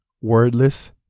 wordless